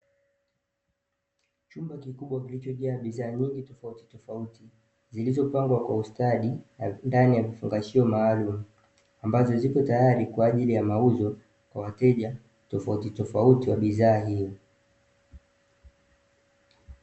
Chumba kikubwa kilichojaa bidhaa nyingi tofautitofauti zilizopangwa kwa ustadi ndani ya vifungashio maalumu, ambazo zipo tayari kwa ajili ya mauzo kwa wateja tofautitofauti wa bidhaa hiyo.